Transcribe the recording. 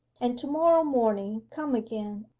and to-morrow morning come again,